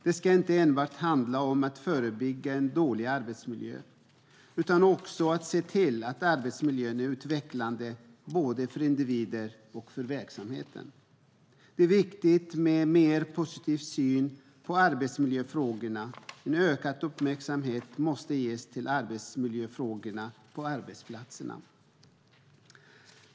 Det ska inte enbart handla om att förebygga en dålig arbetsmiljö, utan vi ska också se till att arbetsmiljön är utvecklande både för individer och för verksamheten. Det är viktigt med en mer positiv syn på arbetsmiljöfrågorna. En ökad uppmärksamhet måste ges till arbetsmiljöfrågorna på arbetsplatserna.